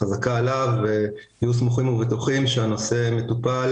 תהיו סמוכים ובטוחים שהנושא מטופל